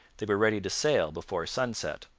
they were ready to sail before sunset.